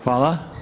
Hvala.